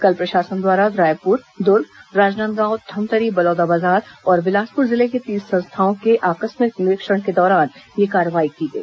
कल प्रशासन द्वारा रायपुर दुर्ग राजनांदगांव धमतरी बलौदाबाजार और बिलासपुर जिले के तीस संस्थाओं के आकस्मिक निरीक्षण के दौरान यह कार्रवाई की गई